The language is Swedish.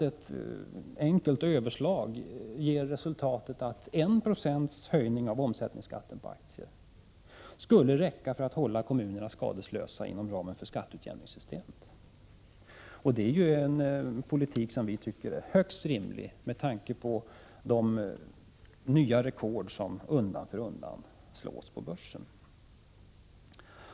Ett enkelt överslag ger till resultat att 1 20 höjning av omsättningsskatten på aktier skulle räcka för att hålla kommunerna skadeslösa inom ramen för skatteutjämningssystemet. En sådan politik tycker vi är högst rimlig, med tanke på de nya rekord som undan för undan slås på börsen.